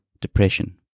depression